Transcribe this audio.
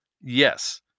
yes